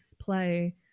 play